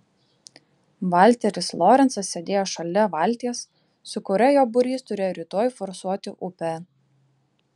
valteris lorencas sėdėjo šalia valties su kuria jo būrys turėjo rytoj forsuoti upę